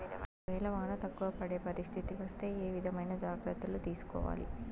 ఒక వేళ వాన తక్కువ పడే పరిస్థితి వస్తే ఏ విధమైన జాగ్రత్తలు తీసుకోవాలి?